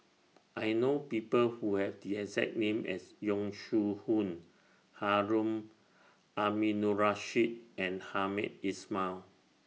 I know People Who Have The exact name as Yong Shu Hoong Harun Aminurrashid and Hamed Ismail